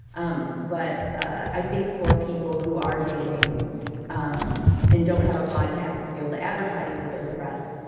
um but i think for people who are dating um and don't have a podcast to be able to advertise that they're depressed,